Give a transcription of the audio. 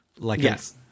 Yes